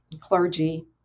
clergy